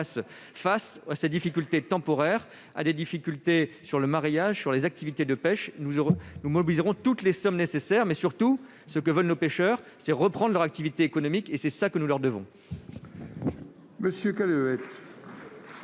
face à ces difficultés temporaires concernant le mareyage et des activités de pêche. Nous mobiliserons toutes les sommes nécessaires. Mais ce que veulent nos pêcheurs, c'est surtout reprendre leur activité économique, et c'est cela que nous leur devons.